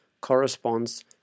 corresponds